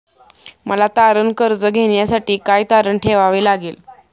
मला तारण कर्ज घेण्यासाठी काय तारण ठेवावे लागेल?